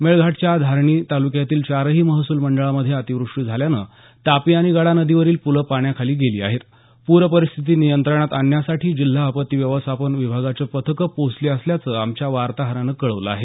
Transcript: मेळघाटाच्या धारणी ताल्क्यातील चारही महसूल मंडळांमध्ये अतिवृष्टी झाल्यानं तापी आणि गडा नदीवरील पूलं पाण्याखाली गेली आहेत पूर परिस्थिती नियंत्रणात आणण्यासाठी जिल्हा आपत्ती व्यवस्थापन विभागाचे पथकं पोहोचली असल्याचं आमच्या वार्ताहरानं कळवलं आहे